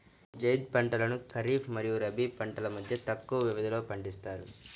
జైద్ పంటలను ఖరీఫ్ మరియు రబీ పంటల మధ్య తక్కువ వ్యవధిలో పండిస్తారు